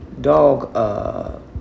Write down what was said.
dog